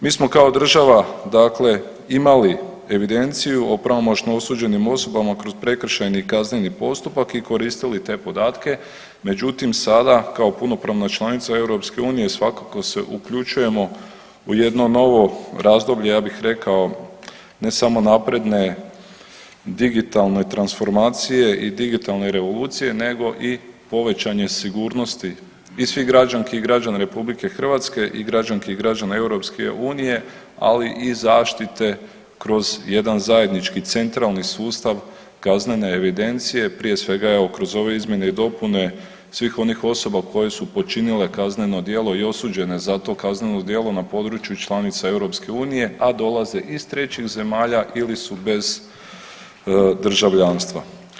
Mi smo kao država dakle imali evidenciju o pravomoćno osuđenim osobama kroz prekršajni i kazneni postupak i koristili te podatke, međutim sada kao punopravna članica EU svakako se uključujemo u jedno novo razdoblje, ja bih rekao ne samo napredne digitalne transformacije i digitalne revolucije, nego i povećane sigurnosti i svih građanki i građana Republike Hrvatske i građanki i građana EU ali i zaštite kroz jedan zajednički centralni sustav kaznene evidencije, prije svega evo kroz ove izmjene i dopune svih onih osoba koje su počinile kazneno djelo i osuđene za to kazneno djelo na području članica EU a dolaze iz trećih zemalja ili su bez državljanstva.